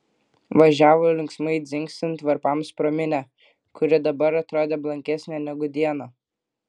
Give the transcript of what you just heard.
važiavo linksmai dzingsint varpams pro minią kuri dabar atrodė blankesnė negu dieną